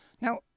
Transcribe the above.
Now